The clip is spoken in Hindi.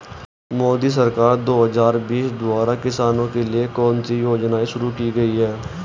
मोदी सरकार दो हज़ार बीस द्वारा किसानों के लिए कौन सी योजनाएं शुरू की गई हैं?